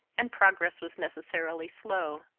and progress was necessarily slow,